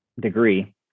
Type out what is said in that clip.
degree